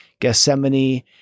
Gethsemane